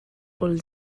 old